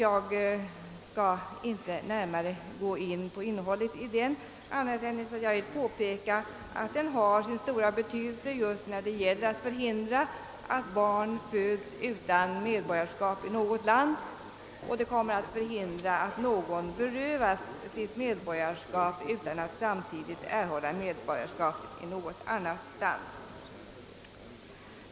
Jag skall bara beröra innehållet i den så till vida som att jag vill påpeka, att den har sin stora betydelse när det gäller att förhindra att barn föds utan medborgarskap i något land eller att någon berövas sitt medborgarskap utan att samtidigt få medborgarskap i ett annat land.